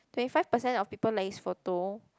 twenty five percent of people like his photo